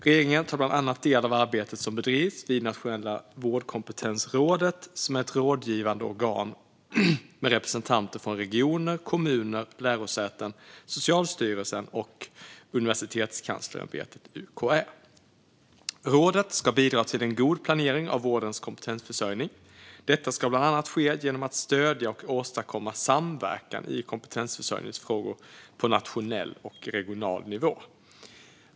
Regeringen tar bland annat del av arbetet som bedrivs vid Nationella vårdkompetensrådet som är ett rådgivande organ med represetanter från regioner, kommuner, lärosäten, Socialstyrelsen och Universitetskanslersämbetet, UKÄ. Rådet ska bidra till en god planering av vårdens kompetensförsörjning. Detta ska bland annat ske genom att stödja och åstadkomma samverkan i kompetensförsörjningsfrågor på nationell och regional nivå.